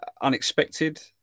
unexpected